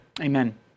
Amen